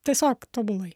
tiesiog tobulai